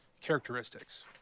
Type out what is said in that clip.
characteristics